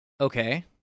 Okay